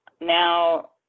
now